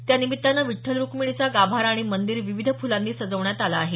त्यानिमित्तानं विठ्ठल रुक्मिणीचा गाभारा आणि मंदीर विविध फुलांनी सजवण्यात आला आहे